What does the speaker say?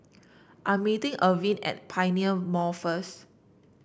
I'm meeting Arvin at Pioneer Mall first